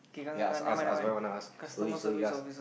ya ask ask what you wanna ask slowly slowly you ask